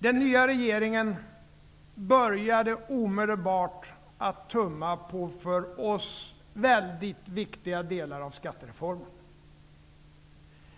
Den nya regeringen började omedelbart att tumma på för oss mycket viktiga delar av skattereformen.